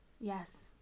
Yes